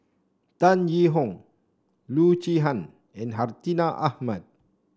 Tan Yee Hong Loo Zihan and Hartinah Ahmad